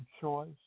choice